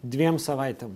dviem savaitėm